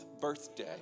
birthday